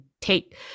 take